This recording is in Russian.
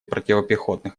противопехотных